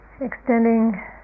extending